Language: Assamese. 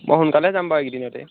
মই সোনকালে যাম বাৰু এইকেইদিনতে